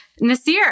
Nasir